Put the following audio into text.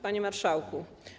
Panie Marszałku!